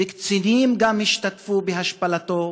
וגם קצינים השתתפו בהשפלתו,